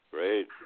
Great